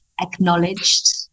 acknowledged